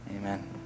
Amen